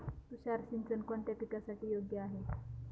तुषार सिंचन कोणत्या पिकासाठी योग्य आहे?